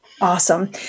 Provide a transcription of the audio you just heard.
Awesome